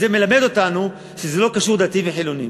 זה מלמד אותנו שזה לא קשור לדתיים וחילונים.